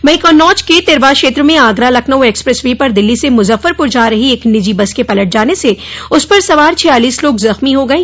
वहीं कन्नौज के तिवा क्षेत्र में आगरा लखनऊ एक्सप्रेस वे पर दिल्ली से मुजफ्फरपुर जा रही एक निजी बस के पलट जाने से उस पर सवार छियालीस लोग जख्मी हो गये